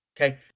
Okay